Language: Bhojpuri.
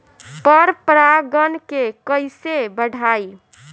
पर परा गण के कईसे बढ़ाई?